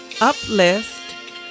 uplift